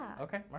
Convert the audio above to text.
Okay